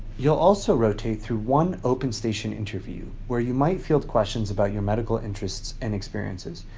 you'll also rotate through one open-station interview, where you might field questions about your medical interests and experiences.